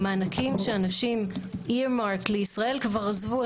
מענקים לישראל כבר עזבו.